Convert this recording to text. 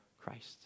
Christ